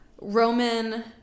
Roman